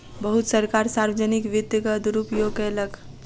बहुत सरकार सार्वजनिक वित्तक दुरूपयोग कयलक